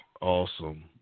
Awesome